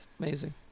amazing